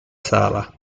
sala